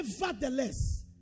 nevertheless